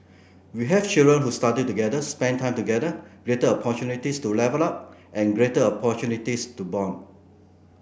we have children who study together spent time together greater opportunities to level up and greater opportunities to bond